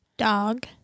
dog